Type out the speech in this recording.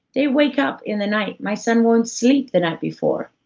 they wake up in the night, my son won't sleep the night before,